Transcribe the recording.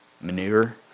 manure